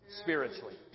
spiritually